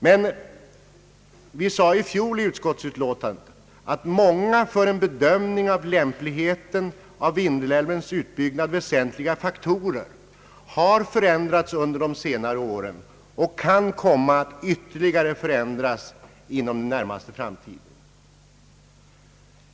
Men i fjol uttalade utskottet att många för en bedömning av lämpligheten av Vindelälvens utbyggnad väsentliga faktorer har förändrats under de senare åren och kan komma att ytterligare förändras inom den närmaste framtiden.